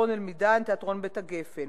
תיאטרון "אל-מידאן", תיאטרון "בית הגפן".